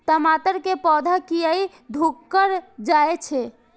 टमाटर के पौधा किया घुकर जायछे?